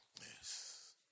Yes